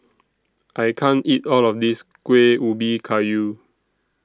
I can't eat All of This Kueh Ubi Kayu